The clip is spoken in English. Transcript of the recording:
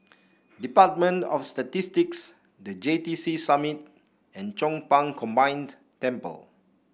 Department of Statistics The J T C Summit and Chong Pang Combined Temple